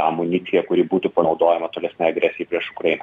amuniciją kuri būtų panaudojama tolesnei agresijai prieš ukrainą